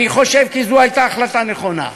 אני חושב כי זאת הייתה החלטה נכונה.